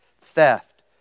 theft